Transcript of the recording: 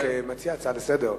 כמציע הצעה לסדר-יום,